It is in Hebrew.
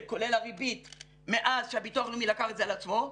כולל הריבית מאז שהביטוח הלאומי לקח את זה על עצמו,